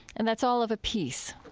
and that's all of a piece?